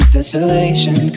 Desolation